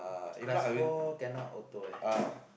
class four cannot auto ah